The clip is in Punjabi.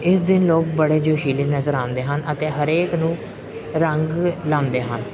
ਇਸ ਦਿਨ ਲੋਕ ਬੜੇ ਜੋਸ਼ੀਲੇ ਨਜ਼ਰ ਆਉਂਦੇ ਹਨ ਅਤੇ ਹਰੇਕ ਨੂੰ ਰੰਗ ਲਾਉਂਦੇ ਹਨ